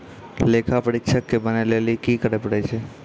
लेखा परीक्षक बनै लेली कि करै पड़ै छै?